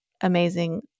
amazing